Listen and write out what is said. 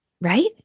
right